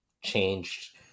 changed